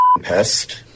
pest